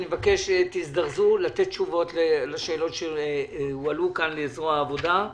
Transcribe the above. תזדרזו לתת תשובות לשאלות שהועלו כאן לזרוע העבודה.